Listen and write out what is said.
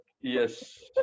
yes